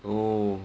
oh